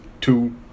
two